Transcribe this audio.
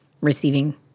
receiving